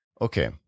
okay